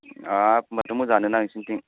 हाब होनबाथ' मोजांआनो ना नोंसिनिथिं